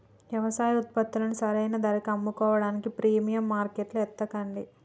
యవసాయ ఉత్పత్తులను సరైన ధరకి అమ్ముకోడానికి ప్రీమియం మార్కెట్లను ఎతకండి